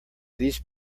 these